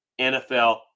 NFL